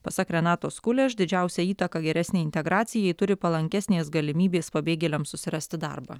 pasak renatos kuleš didžiausią įtaką geresnei integracijai turi palankesnės galimybės pabėgėliam susirasti darbą